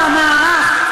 או המערך,